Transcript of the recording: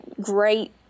great